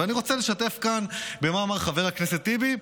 ואני רוצה לשתף כאן במה שאמר חבר הכנסת טיבי,